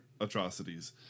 Atrocities